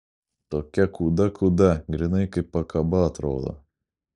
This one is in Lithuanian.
tokia kūda kūda grynai kaip pakaba atrodo